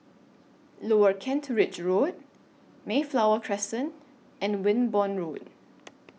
Lower Kent Ridge Road Mayflower Crescent and Wimborne Road